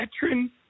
veteran